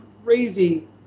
crazy